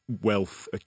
wealth